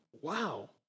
wow